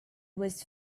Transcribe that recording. was